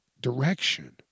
direction